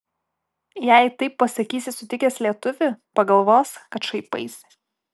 jei taip pasakysi sutikęs lietuvį pagalvos kad šaipaisi